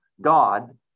God